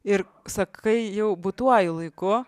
ir sakai jau būtuoju laiku